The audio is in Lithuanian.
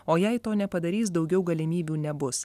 o jei to nepadarys daugiau galimybių nebus